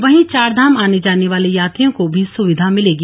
वहीं चारधाम आने जाने वाले यात्रियों को भी संविधा मिलेगी